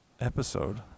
episode